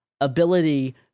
ability